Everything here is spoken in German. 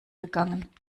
gegangen